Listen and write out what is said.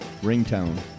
ringtone